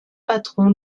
patron